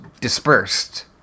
dispersed